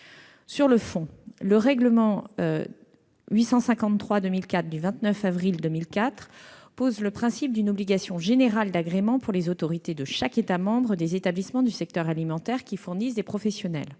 Sur le fond, le règlement (CE) n° 853/2004 du 29 avril 2004 pose le principe d'une obligation générale d'agrément pour les autorités de chaque État membre des établissements du secteur alimentaire qui fournissent des professionnels.